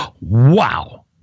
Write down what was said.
wow